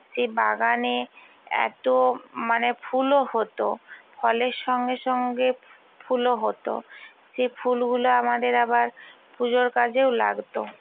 সে বাগানে এত মানে ফুলও হতো ফলের সঙ্গে সঙ্গে ফুলও হতো সে ফুলগুলো আমাদের আবার পুজোর কাজেও লাগত